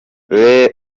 les